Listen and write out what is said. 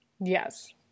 Yes